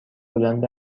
بلند